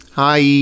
hi